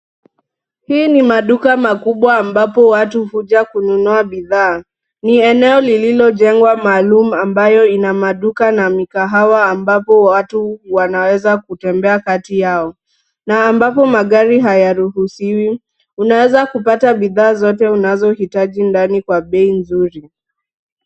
Hii ni maduka makubwa ambapo watu huja kununua bidhaa. Ni eneo lililojengwa maalum; ambayo ina maduka na mikahawa, ambapo watu wanaweza kutembea kati yao na ambapo magari hayaruhusiwi. Unaweza kupata bidhaa zote unazohitaji ndani kwa bei nzuri.